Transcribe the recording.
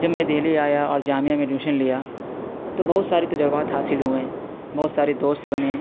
جب میں دہلی آیا اور جامعہ میں ایڈمیشن لیا تو بہت سارے تجربات حاصل ہوئے بہت سارے دوست بنے